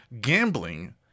gambling